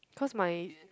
cause my